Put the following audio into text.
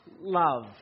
love